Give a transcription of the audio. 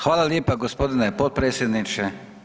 Hvala lijepa g. potpredsjedniče.